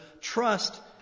trust